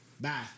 Bye